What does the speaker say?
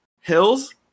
Hills